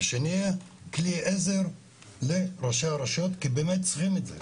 ושנהיה כלי עזר לראשי הרשויות כי הם צריכים את זה.